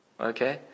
Okay